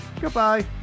Goodbye